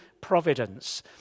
providence